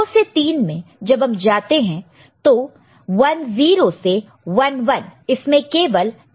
2 से 3 में जब हम जाते हैं हैं तो 10 से 11 इसमें केवल 1 बिट का चेंज ही है